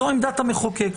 זו עמדת המחוקק.